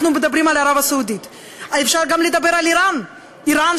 אנחנו מדברים על ערב-הסעודית.